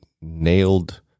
nailed